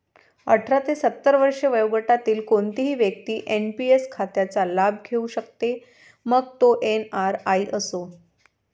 अठरा ते सत्तर वर्षे वयोगटातील कोणतीही व्यक्ती एन.पी.एस खात्याचा लाभ घेऊ शकते, मग तो एन.आर.आई असो